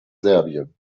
serbien